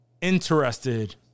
interested